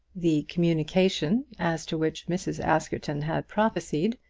the communication, as to which mrs. askerton had prophesied,